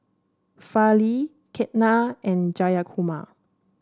Fali Ketna and Jayakumar